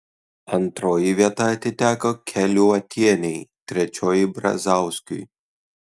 antroji vieta atiteko keliuotienei trečioji brazauskiui